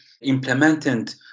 implemented